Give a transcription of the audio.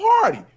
party